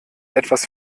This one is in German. etwas